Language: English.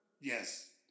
Yes